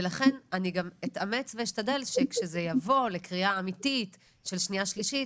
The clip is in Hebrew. ולכן אני גם אתאמץ ואשתדל שכשזה יבוא לקריאה אמיתית של שנייה ושלישית,